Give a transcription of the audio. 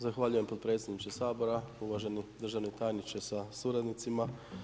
Zahvaljujem potpredsjedniče Sabora, uvaženi državni tajniče sa suradnicima.